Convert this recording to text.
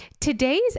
Today's